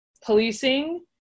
policing